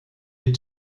est